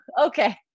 okay